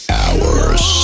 hours